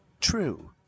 True